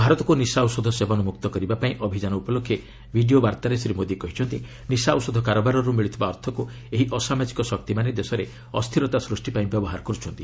ଭାରତକୁ ନିଶା ଔଷଧ ସେବନ ମୁକ୍ତ କରିବା ପାଇଁ ଅଭିଯାନ ଉପଲକ୍ଷେ ଭିଡ଼ିଓ ବାର୍ତ୍ତାରେ ଶ୍ରୀ ମୋଦି କହିଛନ୍ତି ନିଶା ଔଷଧ କାରବାରରୁ ମିଳୁଥିବା ଅର୍ଥକୁ ଏହି ଅସାମାଜିକ ଶକ୍ତିମାନେ ଦେଶରେ ଅସ୍ଥିରତା ସୃଷ୍ଟି ପାଇଁ ବ୍ୟବହାର କରୁଛନ୍ତି